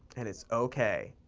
and it's okay.